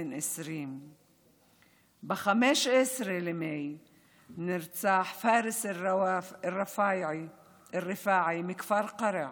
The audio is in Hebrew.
בן 20. ב-15 במאי נרצח פיראס אלרפאעי מכפר קרע,